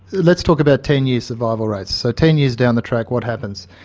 let's talk about ten year survival rates. so ten years down the track, what happens?